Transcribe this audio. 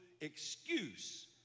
excuse